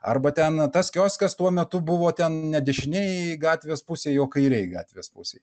arba ten tas kioskas tuo metu buvo ten ne dešinėj gatvės pusėj o kairėj gatvės pusėj